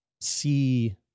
see